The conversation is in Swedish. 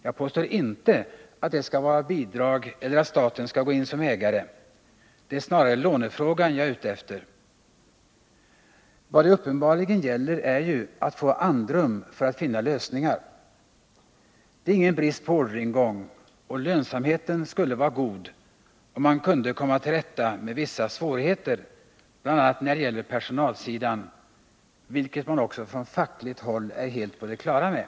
— Jag påstår inte att det skall vara bidrag eller att staten skall gå in som ägare, det är snarare lånefrågan jag är ute efter. Vad det uppenbarligen gäller är att få andrum för att finna lösningar. Det är ingen brist på orderingång, och lönsamheten skulle vara god om man kunde komma till rätta med vissa svårigheter, bl.a. när det gäller personalsidan, vilket man också från fackligt håll är helt på det klara med.